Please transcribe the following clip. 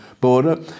border